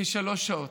כשלוש שעות,